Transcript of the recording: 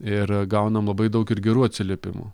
ir gaunam labai daug ir gerų atsiliepimų